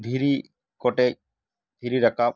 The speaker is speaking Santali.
ᱫᱷᱤᱨᱤ ᱠᱚᱴᱮᱡ ᱫᱷᱤᱨᱤ ᱨᱟᱠᱟᱵ